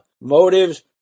motives